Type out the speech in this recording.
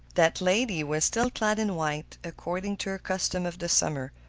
that lady was still clad in white, according to her custom of the summer.